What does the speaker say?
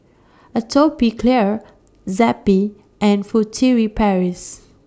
Atopiclair Zappy and Furtere Paris